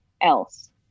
else